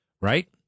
right